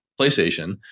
PlayStation